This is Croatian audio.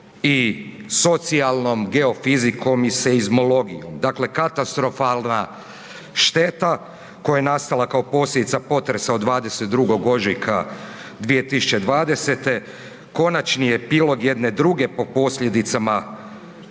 i socijalnom geofizikom i seizmologijom. Dakle, katastrofalna šteta koja je nastala kao posljedica potresa od 22. ožujka 2020. konačni je epilog jedne druge po posljedicama